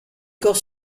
corps